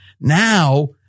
Now